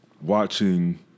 watching